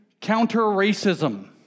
counter-racism